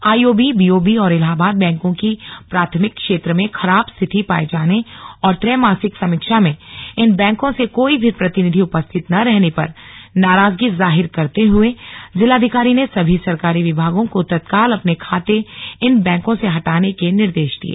IOB BOB और इलाहबाद बैंकों की प्राथमिक क्षेत्र में खराब स्थिति पाए जाने और त्रैमासिक समीक्षा में इन बैंकों से कोई भी प्रतिनिधि उपस्थित न रहने पर नाराजगी जाहिर करते हुए जिलाधिकारी ने सभी सरकारी विभागों को तत्काल अपने खाते इन बैंकों से हटाने के निर्देश दिये